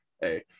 hey